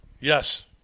Yes